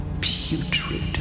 putrid